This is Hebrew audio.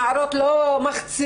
הנערות לא מחצינות,